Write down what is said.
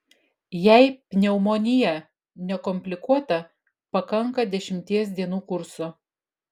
jei pneumonija nekomplikuota pakanka dešimties dienų kurso